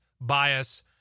bias